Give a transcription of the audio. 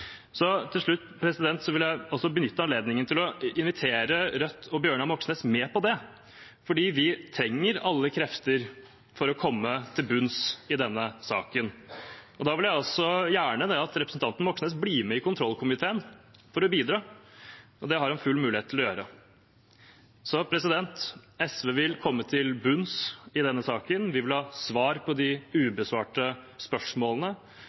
så – deretter – skal vi konkludere på hva og for hvem konsekvensene av skandalen skal være. Det er veien å gå for å få gjennomslag for at uretten skal få konsekvenser også for dem på toppen. Til slutt vil jeg benytte anledningen til å invitere Rødt og Bjørnar Moxnes med på det, for vi trenger alle krefter for å komme til bunns i denne saken. Da vil jeg gjerne at representanten Moxnes blir med i kontrollkomiteen for å bidra. Det har han full mulighet til å